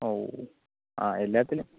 ഓ ആ എല്ലാത്തിലും